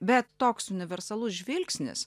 bet toks universalus žvilgsnis